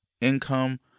income